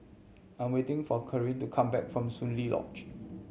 I am waiting for Karlie to come back from Soon Lee Lodge